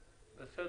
בסדר.